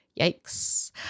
Yikes